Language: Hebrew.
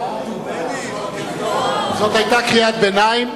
את המדינה, זו היתה קריאת ביניים.